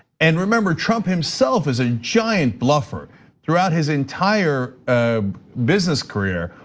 and remember, trump himself is a giant bluffer throughout his entire ah business career.